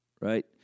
right